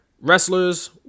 wrestlers